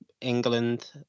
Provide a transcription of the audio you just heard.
England